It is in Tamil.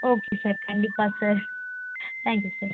ஓகே சார் கண்டிப்பாக சார் தேங்க் யூ சார்